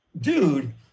dude